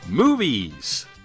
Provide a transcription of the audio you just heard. Movies